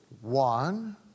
One